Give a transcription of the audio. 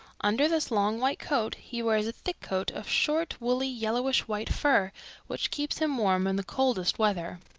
under this long white coat he wears a thick coat of short, woolly, yellowish-white fur which keeps him warm in the coldest weather.